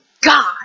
God